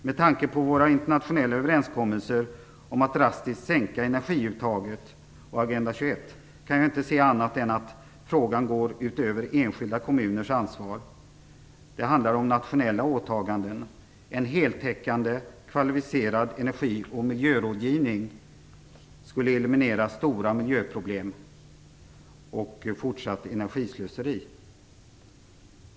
Med tanke på våra internationella överenskommelser om att drastiskt sänka energiuttaget och Agenda 21 kan jag inte se annat än att frågan går utöver enskilda kommuners ansvar. Det handlar om nationella åtaganden. En heltäckande, kvalificerad energi och miljörådgivning skulle eliminera stora miljöproblem och fortsatt energislöseri.